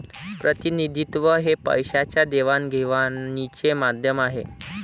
प्रतिनिधित्व हे पैशाच्या देवाणघेवाणीचे माध्यम आहे